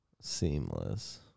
Seamless